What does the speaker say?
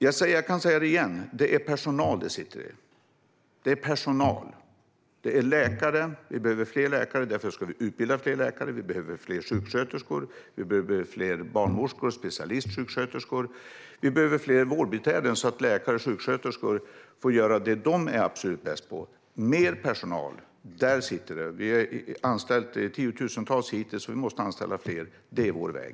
Jag säger följande igen: Det sitter i att få fram mer personal. Det behövs fler läkare, och därför ska fler läkare utbildas. Det behövs fler sjuksköterskor, barnmorskor och specialistsjuksköterskor. Det behövs fler vårdbiträden, så att läkare och sjuksköterskor kan göra det de är absolut bäst på. Det sitter i att få fram mer personal. Tiotusental har hittills anställts, och fler måste anställas. Det är vår väg.